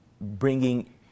bringing